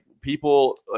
people